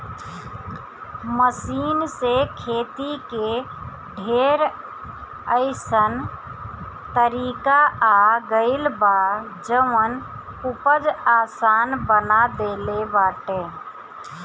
machine से खेती के ढेर अइसन तरीका आ गइल बा जवन उपज आसान बना देले बाटे